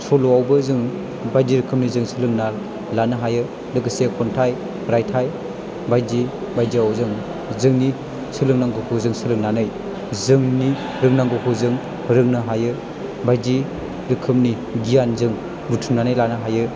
सल'यावबो जों बायदि रोखोमनि जों सोलोंना लानो हायो लोगोसे खन्थाइ रायथाइ बायदि बायदियाव जों जोंनि सोलोंनांगौखौ जों सोलोंनानै जोंनि रोंनांगौखौ जों रोंनो हायो बायदि रोखोमनि गियान जों बुथुमनानै लानो हायो